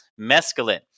mescaline